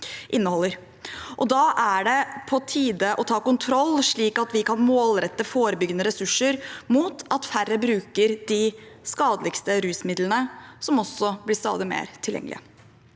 Da er det på tide å ta kontroll, slik at vi kan målrette forebyggende ressurser mot at færre bruker de skadeligste rusmidlene, som også blir stadig mer tilgjengelige.